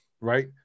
right